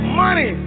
money